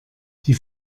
die